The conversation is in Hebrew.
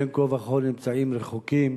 בין כה וכה נמצאים רחוקים,